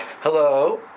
Hello